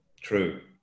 true